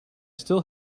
still